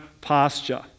pasture